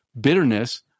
bitterness